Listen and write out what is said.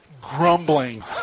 grumbling